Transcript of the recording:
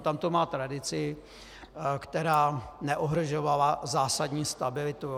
Tam to má tradici, která neohrožovala zásadní stabilitu.